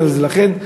לכן,